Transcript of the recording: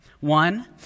One